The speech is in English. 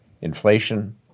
inflation